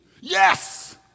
Yes